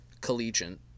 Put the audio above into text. collegiate